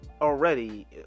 already